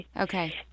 Okay